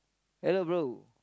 hello bro